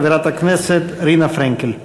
חברת הכנסת רינה פרנקל.